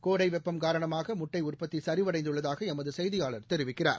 கோடைவெப்பம் காரணமாகமுட்டைஉற்பத்திசிவடைந்துள்ளதாகஎமதுசெய்தியாளர் தெரிவிக்கிறார்